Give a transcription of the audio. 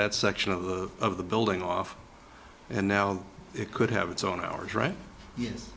that section of of the building off and now it could have it's on ours right yes